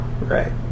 Right